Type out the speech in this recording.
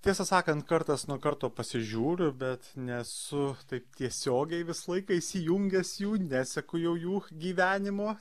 tiesą sakant kartas nuo karto pasižiūriu bet nesu taip tiesiogiai visą laiką įsijungęs jų neseku jau jų gyvenimo